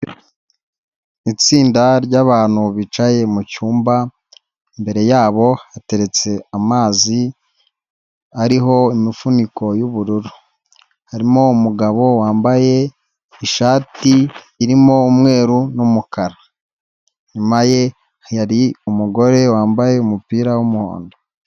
Itsinda ryabantu bicaye mu cyumba, imbere yabo hateretse amazi ariho imifuniko y'ubururu. Harimo umugabo wambaye ishati irimo umweru n'umukara. Inyuma ye hari umugore wambaye umupira w'umuhondo.